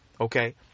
Okay